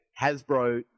Hasbro